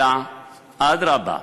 אלא אדרבה,